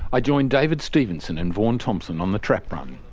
i joined david stephenson and vaughn thompson on the trap run.